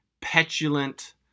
petulant